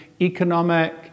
economic